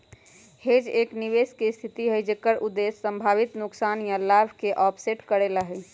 hedge एक निवेश के स्थिति हई जेकर उद्देश्य संभावित नुकसान या लाभ के ऑफसेट करे ला हई